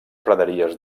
praderies